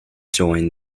join